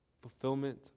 fulfillment